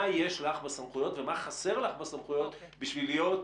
מה יש לך בסמכויות ומה חסר לך בסמכויות בשביל להיות